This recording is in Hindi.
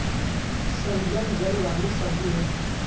शलजम जड़ वाली सब्जी है